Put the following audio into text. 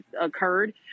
occurred